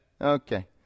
Okay